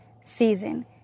season